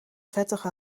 vettige